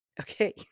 Okay